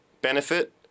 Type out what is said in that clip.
benefit